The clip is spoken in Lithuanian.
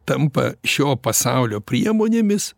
tampa šio pasaulio priemonėmis